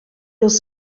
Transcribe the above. els